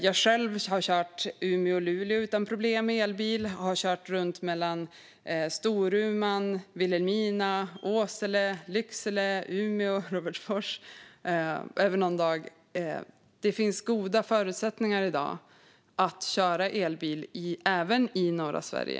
Jag har själv kört elbil Umeå-Luleå utan problem och även runt mellan Storuman, Vilhelmina, Åsele, Lycksele, Umeå och Robertsfors över dagen. Det finns i dag goda förutsättningar att köra elbil även i norra Sverige.